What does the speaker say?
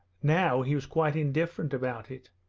now he was quite indifferent about it,